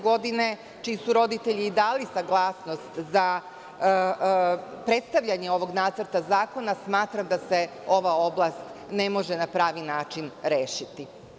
Godine, čiji su roditelji dali saglasnost za predstavljanje ovog nacrta zakona, smatram da se ova oblast ne može na pravi način rešiti.